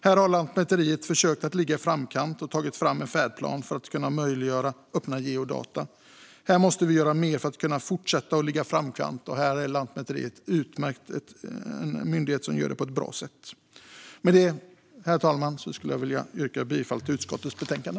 Här har Lantmäteriet försökt att ligga i framkant och tagit fram en färdplan för att möjliggöra öppna geodata. Här måste vi göra mer för att kunna fortsätta att ligga i framkant, och Lantmäteriet är en myndighet som gör det på ett bra sätt. Med detta, herr talman, skulle jag vilja yrka bifall till förslaget i utskottets betänkande.